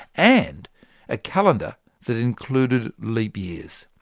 and a calendar that included leap years.